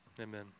Amen